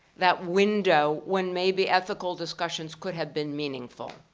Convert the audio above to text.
that window when maybe ethical discussions could have been meaningful.